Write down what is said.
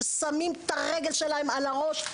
ששמים את הרגל שלהם על הראש,